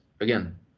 again